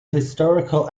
historical